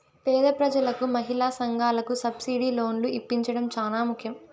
పేద ప్రజలకు మహిళా సంఘాలకు సబ్సిడీ లోన్లు ఇప్పించడం చానా ముఖ్యం